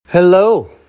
Hello